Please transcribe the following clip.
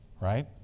Right